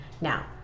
Now